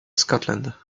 scotland